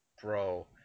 Bro